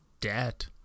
debt